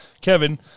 Kevin